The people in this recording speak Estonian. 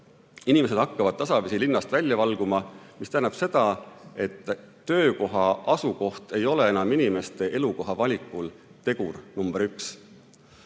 inimesed hakkavad tasapisi linnast välja valguma, mis tähendab seda, et töökoha asukoht ei ole enam inimeste elukoha valikul tegur nr 1.